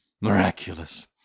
Miraculous